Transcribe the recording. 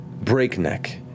Breakneck